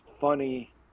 funny